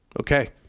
Okay